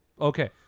okay